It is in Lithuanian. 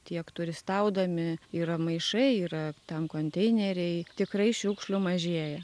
tiek turistaudami yra maišai yra tam konteineriai tikrai šiukšlių mažėja